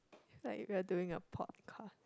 like we're doing a podcast